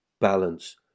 balance